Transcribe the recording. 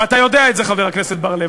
ואתה יודע את זה, חבר הכנסת בר-לב.